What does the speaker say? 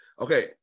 Okay